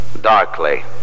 darkly